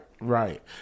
right